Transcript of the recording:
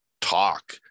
talk